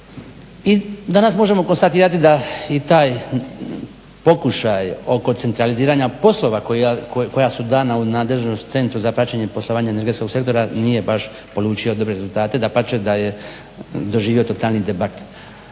i danas možemo konstatirati da i taj pokušaj oko centraliziranja poslova koja su dana u nadležnost centru za praćenje i poslovanje energetskog sektora nije baš polučio dobre rezultate. Dapače da je doživio totalni debat.